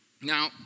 Now